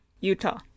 Utah